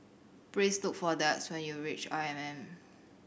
please look for Dax when you reach I M M